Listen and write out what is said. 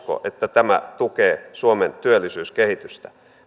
tämä tukee suomen työllisyyskehitystä